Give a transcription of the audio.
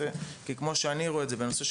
כי כמו שאני רואה את זה בנושא,